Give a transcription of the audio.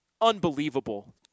unbelievable